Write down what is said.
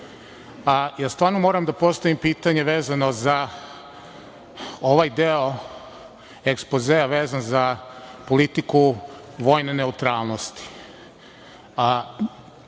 ja stvarno moram da postavim pitanje vezano za ovaj deo ekspozea vezan za politiku vojne neutralnosti.